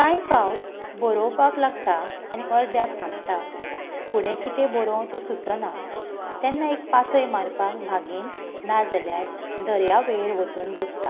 काय फावट बरोवपाक लागता आनी अर्द्याक थांबतां फुडें कितें बरोंव ते सुचना तेन्ना एक पासय मारपाक बागेंत ना जाल्यार दर्यावेळेर वचून बसतां